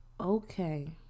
Okay